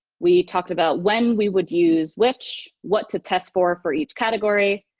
we talked about when we would use which, what to test for for each category,